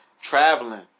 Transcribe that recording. traveling